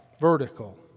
vertical